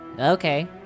Okay